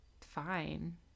fine